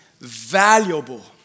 valuable